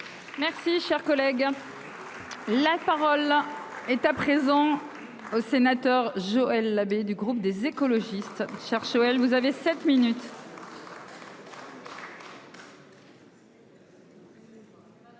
Merci cher collègue. La parole est à présent. Aux sénateurs, Joël Labbé, du groupe des écologistes cherchent. Vous avez 7 minutes.